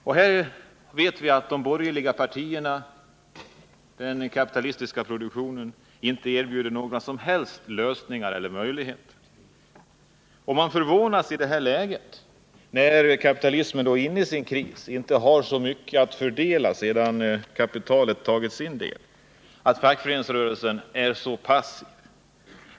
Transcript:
Vi vet att de borgerliga partierna och den kapitalistiska produktionen inte erbjuder några som helst lösningar eller möjligheter härvidlag. Man förvånas över att i ett sådant läge, när kapitalismen är inne i en kris och inte har så mycket att fördela sedan kapitalet tagit sin del, fackföreningsrörelsen är så passiv.